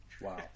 Wow